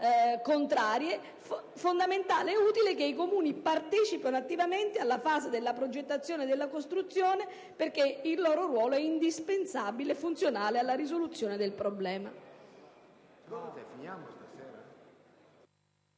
comunità sono contrarie), che i Comuni partecipino attivamente alla fase della progettazione e della costruzione, perché il loro ruolo è indispensabile e funzionale alla risoluzione del problema.